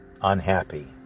unhappy